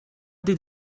did